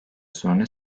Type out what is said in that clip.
sorunu